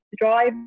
drive